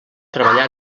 treballar